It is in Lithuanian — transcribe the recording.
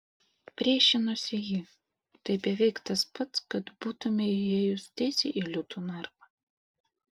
priešinosi ji tai beveik tas pats kad būtumei įėjus tiesiai į liūto narvą